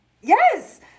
Yes